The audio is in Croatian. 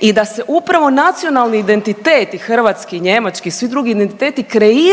i da se upravo nacionalni identitet i hrvatski i njemački i svi drugi identiteti kreiraju